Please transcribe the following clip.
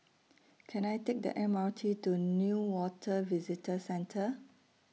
Can I Take The M R T to Newater Visitor Centre